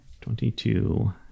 Twenty-two